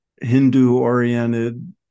Hindu-oriented